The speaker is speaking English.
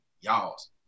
Y'all's